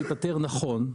וייפתר נכון,